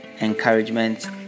encouragement